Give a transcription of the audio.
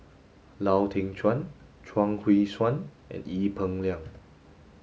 Lau Teng Chuan Chuang Hui Tsuan and Ee Peng Liang